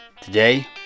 today